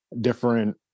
different